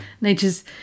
nature's